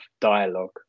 dialogue